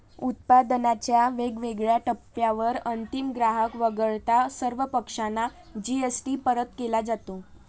उत्पादनाच्या वेगवेगळ्या टप्प्यांवर अंतिम ग्राहक वगळता सर्व पक्षांना जी.एस.टी परत केला जातो